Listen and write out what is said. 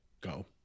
go